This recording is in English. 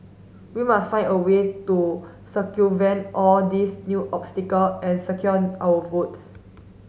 we must find a way to circumvent all these new obstacle and secure our votes